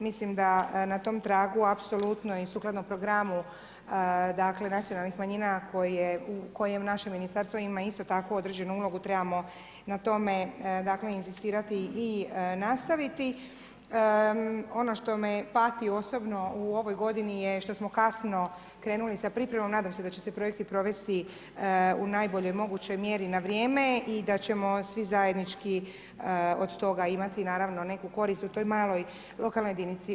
Mislim da na tom tragu, apsolutno i sukladno programu, dakle, nacionalnih manjina koje u našem Ministarstvu ima isto tako određenu ulogu trebamo na tome inzistirati i nastaviti, ono što me pati osobno u ovoj godinu je što smo kasno krenuli sa pripremom, nadam se da će se projekti provesti u najboljoj mogućoj mjeri na vrijeme i da ćemo svi zajednički od toga imati naravno neku korist u toj maloj lokalnoj jedinici.